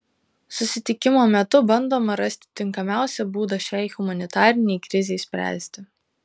susitikimo metu bandoma rasti tinkamiausią būdą šiai humanitarinei krizei spręsti